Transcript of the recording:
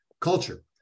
culture